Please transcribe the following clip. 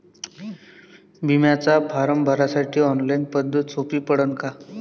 बिम्याचा फारम भरासाठी ऑनलाईन पद्धत सोपी पडन का?